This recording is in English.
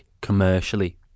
commercially